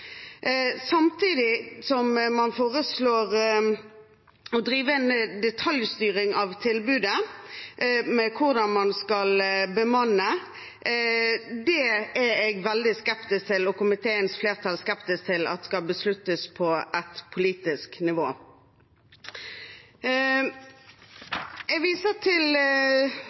foreslår man å drive en detaljstyring av tilbudet, hvordan man skal bemanne. Det er jeg og komiteens flertall veldig skeptiske til at skal besluttes på et politisk nivå. Jeg viser til